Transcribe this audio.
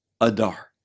Adar